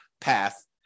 path